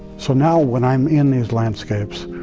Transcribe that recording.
so now, when i'm in these landscapes,